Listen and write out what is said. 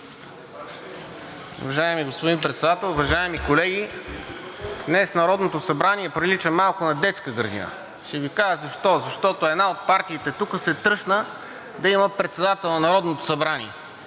Уважаеми господин Председател, уважаеми колеги! Днес Народното събрание прилича малко на детска градина. Ще Ви кажа защо. Защото една от партиите тук се тръшна да има председател на Народното събрание.